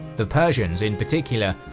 the persians, in particular,